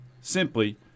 simply